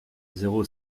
zéro